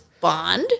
Bond